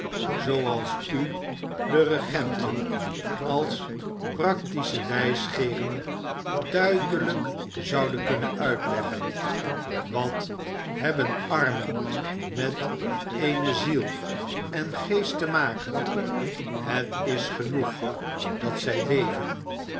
zooals u de regenten als practische wijsgeeren duidelijk zouden kunnen uitleggen wat hebben armen met eene ziel en geest te maken het is genoeg dat zij leven